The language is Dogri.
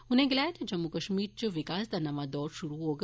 उनें गलाया जे जम्मू कश्मीर च विकास दा नमां दौर शुरु होग